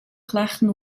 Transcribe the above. klachten